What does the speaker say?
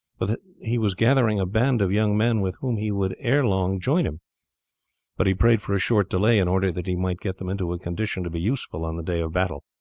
but that he was gathering a band of young men with whom he would ere long join him but he prayed for a short delay in order that he might get them into a condition to be useful on the day of battle.